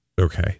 Okay